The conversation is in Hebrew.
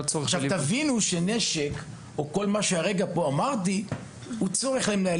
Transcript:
תבינו, נשק, או כל מה שאמרתי פה הרגע, הוא ---.